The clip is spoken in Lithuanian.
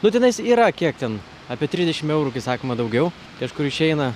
nu tenais yra kiek ten apie trisdešim eurų kai sakoma daugiau kažkur išeina